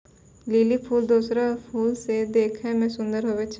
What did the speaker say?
lily फूल दोसरो फूल से देखै मे सुन्दर हुवै छै